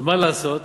ומה לעשות,